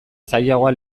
zailagoa